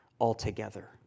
altogether